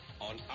on